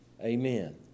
amen